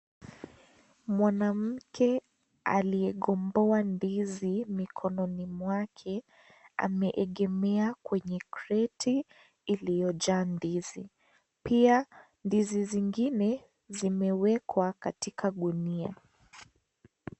Mwanamke aliyekomboa ndizi mikononi mwake, ameegemea kwenye kreti iliyojaa ndizi. Pia, ndizi zingine zimewekwa katika gunia.